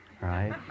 right